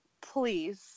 please